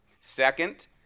second